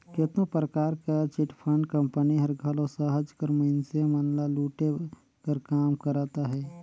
केतनो परकार कर चिटफंड कंपनी हर घलो सहज कर मइनसे मन ल लूटे कर काम करत अहे